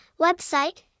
website